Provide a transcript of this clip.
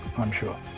i'm sure.